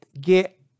get